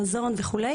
מזון וכו'.